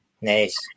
Nice